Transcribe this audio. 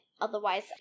otherwise